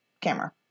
camera